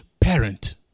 parent